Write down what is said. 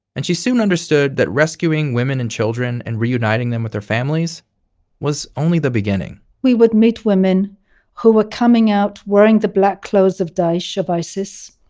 and she soon understood that rescuing women and children and reuniting them with their families was only the beginning we would meet women who were coming out wearing the black clothes of daesh, of isis.